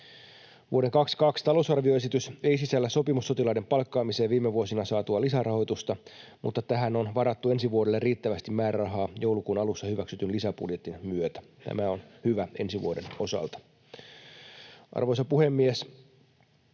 Vuoden 22 talousarvioesitys ei sisällä sopimussotilaiden palkkaamiseen viime vuosina saatua lisärahoitusta, mutta tähän on varattu ensi vuodelle riittävästi määrärahaa joulukuun alussa hyväksytyn lisäbudjetin myötä. Tämä on hyvä ensi vuoden osalta. Arvoisa puhemies!